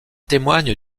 témoignent